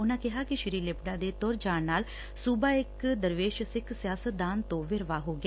ਉਨਾਂ ਕਿਹਾ ਕਿ ਸ੍ਰੀ ਲਿਬੜਾ ਦੇ ਤੁਰ ਜਾਣ ਨਾਲ ਸੁਬਾ ਇਕ ਦਰਵੇਸ਼ ਸਿੱਖ ਸਿਆਸਤਦਾਨ ਤੋਂ ਵਿਰਵਾ ਹੋ ਗਿਆ